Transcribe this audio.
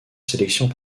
sélections